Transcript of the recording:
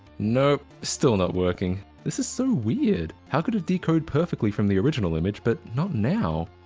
nope, still not working. this is so weird. how could it decode perfectly from the original image but not now?